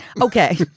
Okay